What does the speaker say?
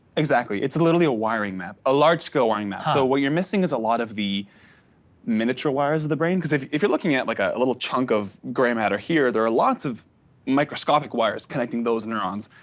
exactly, it's literally a wiring map, a large scale wiring map. so what you're missing is a lot of the miniature wires of the brain, because if if you're looking at like a a little chunk of gray matter here, there are lots of microscopic wires connecting those neurons.